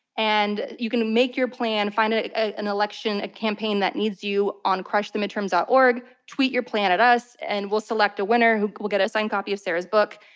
and you can make your plan, find ah an election, a campaign that needs you on crushthemidterms. um org. tweet your plan at us, and we'll select a winner who will get a signed copy of sarah's book.